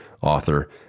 author